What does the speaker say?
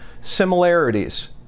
similarities